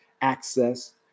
access